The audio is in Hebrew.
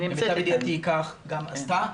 למיטב ידיעתי היא כך גם עשתה.